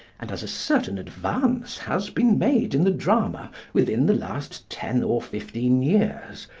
and as a certain advance has been made in the drama within the last ten or fifteen years,